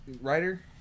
Writer